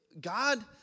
God